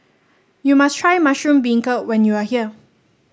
you must try Mushroom Beancurd when you are here